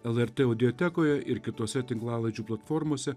lrt audiotekoje ir kitose tinklalaidžių platformose